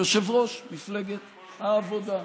יושב-ראש מפלגת העבודה,